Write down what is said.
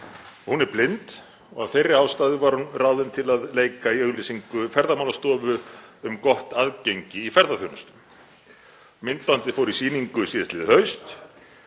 Hún er blind og af þeirri ástæðu var hún ráðin til að leika í auglýsingu Ferðamálastofu um gott aðgengi í ferðaþjónustu. Myndbandið fór í sýningu síðastliðið haust